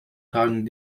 tragen